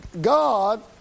God